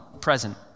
present